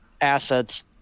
assets